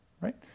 right